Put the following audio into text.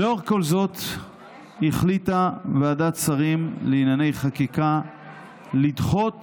לאור כל זאת החליטה ועדת שרים לענייני חקיקה לדחות